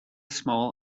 small